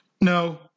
No